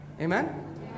Amen